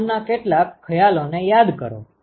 વહન ના કેટલાક ખ્યાલોને યાદ કરો